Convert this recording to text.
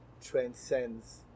transcends